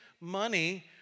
money